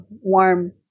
warm